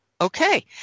Okay